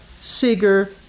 Seeger